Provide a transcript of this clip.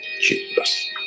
Jesus